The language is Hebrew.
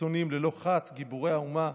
חסונים ללא חת, גיבורי האומה.